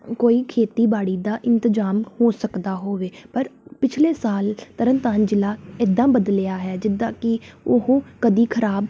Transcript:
ਕੋਈ ਖੇਤੀਬਾੜੀ ਦਾ ਇੰਤਜ਼ਾਮ ਹੋ ਸਕਦਾ ਹੋਵੇ ਪਰ ਪਿਛਲੇ ਸਾਲ ਤਰਨ ਤਾਰਨ ਜ਼ਿਲ੍ਹਾ ਇੱਦਾਂ ਬਦਲਿਆ ਹੈ ਜਿੱਦਾਂ ਕਿ ਉਹ ਕਦੀ ਖਰਾਬ